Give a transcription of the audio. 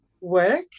work